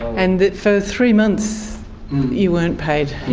and for three months you weren't paid